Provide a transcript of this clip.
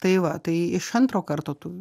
tai va tai iš antro karto tu